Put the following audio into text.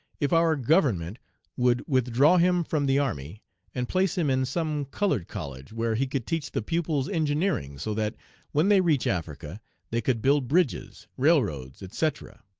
if our government would withdraw him from the army and place him in some colored college, where he could teach the pupils engineering, so that when they reach africa they could build bridges, railroads, etc.